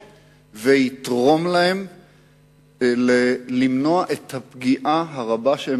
ויעזור להן למנוע את הפגיעה הרבה שהם